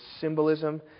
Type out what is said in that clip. symbolism